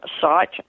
site